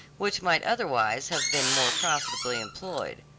which might otherwise have been more profitably employed.